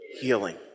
healing